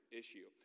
issue